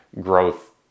growth